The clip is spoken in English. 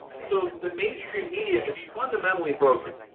so the mainstream media is fundamentally broken.